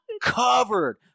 covered